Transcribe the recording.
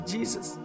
Jesus